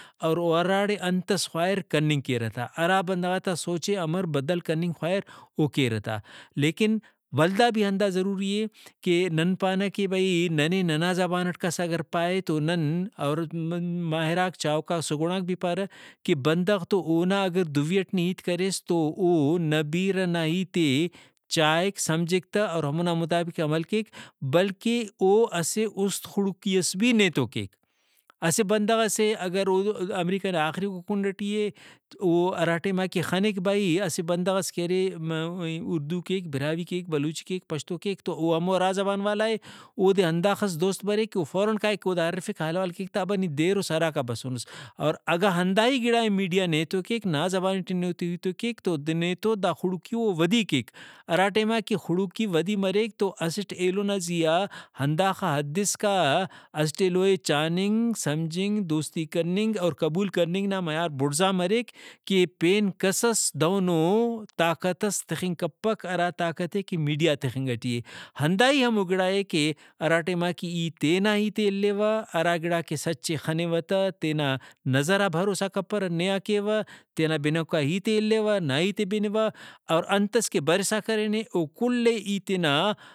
اور او ہراڑے ہنتس خواہر کننگ کیرہ تہ ہرا بندغاتا سوچے امر بدل کننگ خواہراو کیرہ تہ۔ لیکن ولدا بھی ہندا ضروری اے کہ نن پانہ کہ بھئی ننے ننا زبان اٹ کس اگر پائے تو نن اور ماہراک چاہوکا سُگھڑاک بھی پارہ کہ بندغ تو اونا اگہ دُوی اٹ نی ہیت کریس تو او نہ بیرہ نا ہیتے چائک سمجھک تہ اور ہمونا مطابق عمل کیک بلکہ او اسہ اُست خڑکی ئس بھی نیتو کیک اسہ بندغسے اگر او امریکہ آخری کُنڈ ٹی اے او ہرا ٹائما کہ خنک بھئی اسہ بندغس کہ ارے اُردو کیک براہوئی کیک بلوچی کیک پشتو کیک و ہمو ہرا زبان والائے اودے ہنداخس دوست بریک کہ او فوراً کائک اودا ہرفک حال احوال کیک تہ ابا نی دیرُس ہراکا بسُنس اور اگہ ہنداہی گڑائے میڈیا نیتو کیک نا زبان ٹی نیتو ہیت کیک تو اودے نیتو دا خڑکی او ودی کیک۔ ہرا ٹائما کہ خڑکی ودی مریک تو اسٹ ایلو نا زیہا ہنداخہ حد اسکا اسٹ ایلوئے چاننگ سمجھنگ دوستی کننگ اور قبول کننگ نا معیار بُڑزا مریک کہ پین کسس دُہنو طاقت ئس تخنگ کپک ہرا طاقت ئے کہ میڈیا تخنگ ٹی اے۔ ہنداہی ہموگڑائے کہ ہرا ٹائماکہ ای تینا ہیتے الیوہ ہرا گڑا کہ سچ ئے خنوہ تہ تینا نظرا بھروسہ کپرہ نے آ کیوہ تینا بنوکا ہیتے اِلیوہ نا ہیتے بنوہ اور انتس کہ برسا کرینے او کل ئے ای تینا